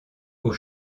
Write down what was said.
aux